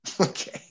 Okay